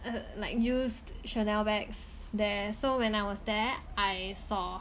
like used Chanel bags there so when I was there I saw